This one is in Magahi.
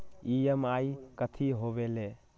ई.एम.आई कथी होवेले?